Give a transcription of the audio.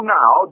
now